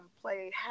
play